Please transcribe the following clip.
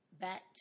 back